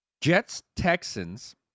Jets-Texans